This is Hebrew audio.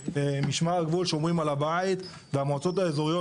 משמר הגבול שומרים על הבית והמועצות האזוריות,